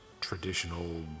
traditional